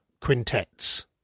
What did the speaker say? quintets